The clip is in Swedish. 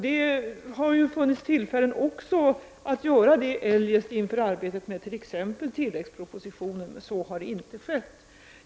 Det hade funnits tillfälle att ge sådana signaler inför arbetet med t.ex. tilläggspropositionen, men så har inte skett.